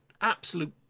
absolute